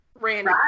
Randy